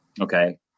Okay